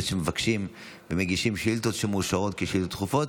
שמבקשים ומגישים שאילתות שמאושרות כשאילתות דחופות.